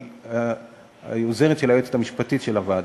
שהיא העוזרת של היועצת המשפטית של הוועדה,